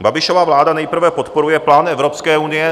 Babišova vláda nejprve podporuje plán Evropské unie